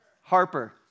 Harper